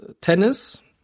Tennis